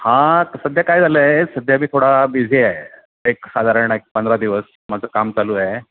हां आता सध्या काय झालं आहे सध्या मी थोडा बिझी आहे एक साधारण एक पंधरा दिवस माझं काम चालू आहे